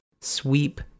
sweep